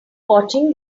watching